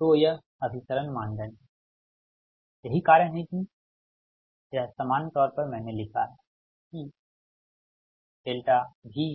तो यह अभिसरण मानदंड है यही कारण है कि यही कारण है कि यह सामान्य तौर पर मैंने लिखा है कि VmaxVi